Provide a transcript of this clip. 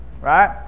right